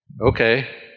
Okay